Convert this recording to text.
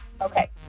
okay